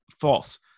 False